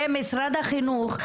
ומשרד החינוך,